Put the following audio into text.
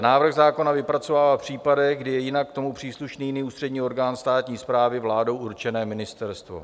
b) návrh zákona vypracovává v případech, kdy je jinak k tomu příslušný jiný ústřední orgán státní správy, vládou určené ministerstvo;